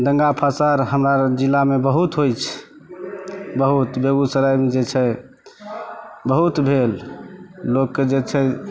दङ्गा फसाद हमरा आर जिलामे बहुत होइत छै बहुत बेगुसरायमे जे छै बहुत भेल लोककेँ जे छै